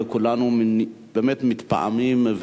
וכולנו באמת מתפעמים,